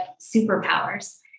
superpowers